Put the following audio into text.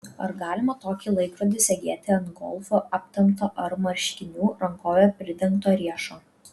ar galima tokį laikrodį segėti ant golfu aptemto ar marškinių rankove pridengto riešo